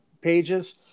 pages